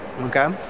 okay